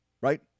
right